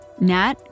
Nat